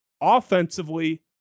Offensively